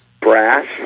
brass